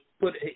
put